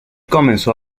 comenzó